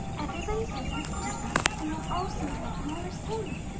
everybody said something different and they all seemed right when they were saying them.